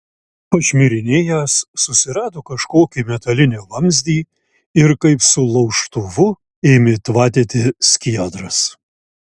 pašmirinėjęs susirado kažkokį metalinį vamzdį ir kaip su laužtuvu ėmė tvatyti skiedras